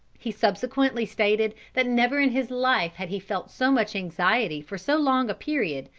he subsequently stated that never in his life had he felt so much anxiety for so long a period,